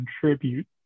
contribute